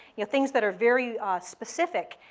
yeah things that are very specific.